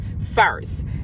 first